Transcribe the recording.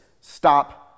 stop